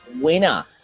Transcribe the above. winner